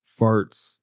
farts